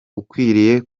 ukwiriye